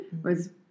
whereas –